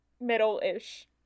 middle-ish